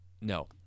No